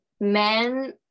men